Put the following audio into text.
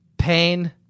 Pain